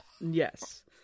Yes